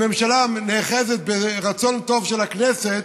הממשלה נאחזת ברצון טוב של הכנסת